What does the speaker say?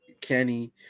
Kenny